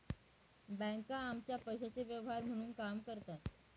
बँका आमच्या पैशाचे व्यवहार म्हणून काम करतात